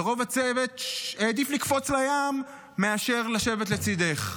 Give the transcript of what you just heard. ורוב הצוות העדיף לקפוץ לים מאשר לשבת לצידך.